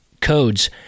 codes